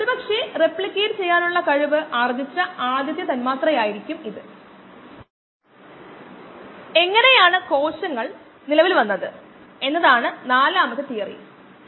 ഏത് താപനിലയിലും കോശങ്ങളുടെ സാന്ദ്രത 10 മടങ്ങ് കുറയ്ക്കുന്നത് താപ അണുനശീകരണത്തിന്റെ പ്രധാന പാരാമീറ്ററാണ്